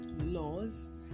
laws